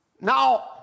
Now